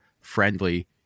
friendly